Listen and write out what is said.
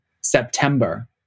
September